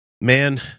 man